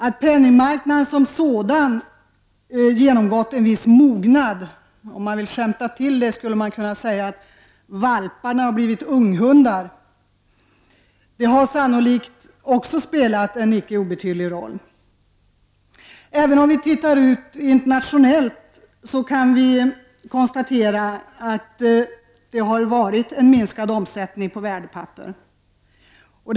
Att penningmarknaden som sådan har uppnått en viss mognad — om man vill skämta kan man säga att valparna har blivit unghundar — har sannolikt också spelat en icke obetydlig roll. Även i andra länder har omsättningen på värdepapper minskat.